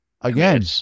Again